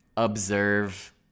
Observe